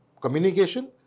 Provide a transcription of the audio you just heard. communication